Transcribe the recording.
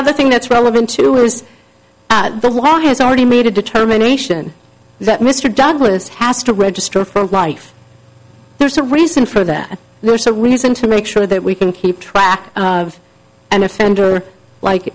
other thing that's relevant to her is the law has already made a determination that mr douglas has to register for life there's a reason for that there's a reason to make sure that we can keep track of an offender like